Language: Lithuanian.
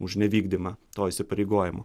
už nevykdymą to įsipareigojimo